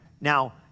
Now